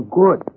good